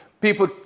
people